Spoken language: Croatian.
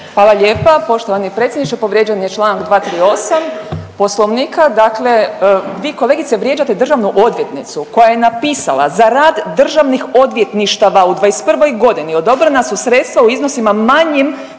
Hvala lijepa. Poštovani predsjedniče povrijeđen je Članak 238. Poslovnika, dakle vi kolegice vrijeđate državnu odvjetnicu koja je napisala, za rad državnih odvjetništava u '21. godini odobrena su sredstva u iznosima manjim